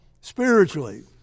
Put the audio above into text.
spiritually